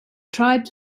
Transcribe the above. tribes